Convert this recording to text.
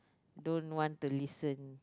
don't want to listen